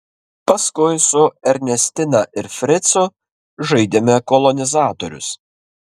paskui su ernestina ir fricu žaidėme kolonizatorius